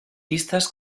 pistas